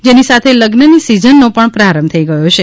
જેની સાથે લગ્નની સીઝનનો પ્રારંભ પણ થઈ ગયો છે